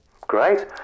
Great